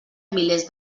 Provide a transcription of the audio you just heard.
milers